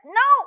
no